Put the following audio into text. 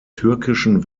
türkischen